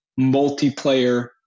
multiplayer